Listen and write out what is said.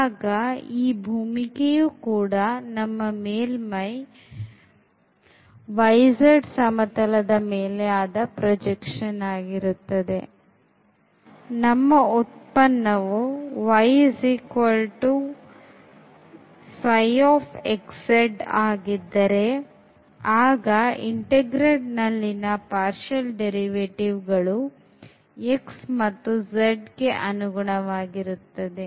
ಆಗ ಈ ಭೂಮಿಕೆಯೂ ಕೂಡ ನಮ್ಮ ಮೇಲ್ಮೈ yz ಸಮತಲದ ಮೇಲೆ ಆದ ಪ್ರೊಜೆಕ್ಷನ್ ಆಗಿರುತ್ತದೆ ಮತ್ತು ನಮ್ಮ ಉತ್ಪನ್ನವು yψxz ಆಗಿದ್ದರೆ ಆಗ integrand ನಲ್ಲಿನ parial derivative ಗಳು x ಮತ್ತುz ಗೆ ಅನುಗುಣವಾಗಿರುತ್ತದೆ